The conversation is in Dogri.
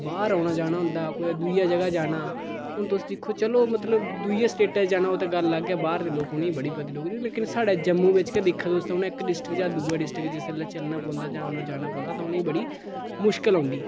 बाह्र औना जाना होंदा कुदै दुइयै जगह जाना हून तुस दिक्खो चलो मतलब दुइयै स्टेटे जाना ओह् ते गल्ल लग्ग ऐ बाह्र दे लोक उ'नेंगी बड़ा पता डोगरी लेकिन साढ़ै जम्मू बिच्च गै दिक्खो हून इक डिस्ट्रिक्ट चा दुए डिस्ट्रिक्ट च जिसलै चलने पौंदा जां औना जाना पौंदा तां उ'नेंगी बड़ी मुश्कल औंदी